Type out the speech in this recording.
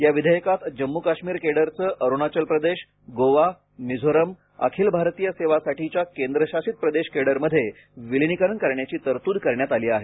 या विधेयकात जम्मू काश्मीर केडरचं अरुणाचल प्रदेश गोवा मिझोरम अखिल भारतीय सेवांसाठीच्या केंद्रशासित प्रदेश केडरमध्ये विलीनीकरण करण्याची तरतूद करण्यात आली आहे